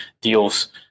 deals